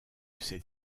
celle